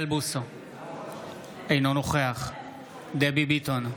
אינו נוכח דבי ביטון,